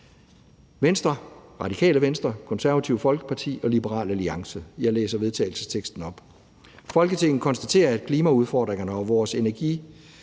Venstre, Radikale Venstre, Det Konservative Folkeparti og Liberal Alliance: Forslag til vedtagelse »Folketinget konstaterer, at klimaudfordringerne og vores